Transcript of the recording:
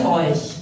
euch